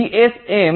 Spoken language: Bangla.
জিএসএম